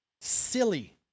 silly